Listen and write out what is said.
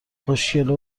خوشگله